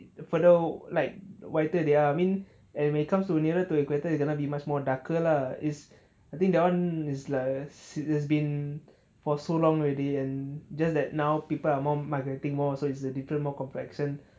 further like whiter they are I mean and when it comes to nearer to the equator you gonna be much more darker lah it's I think that one is like it has been for so long already and just that now people are more migrating more so it's a different more complexion